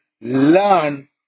learn